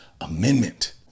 amendment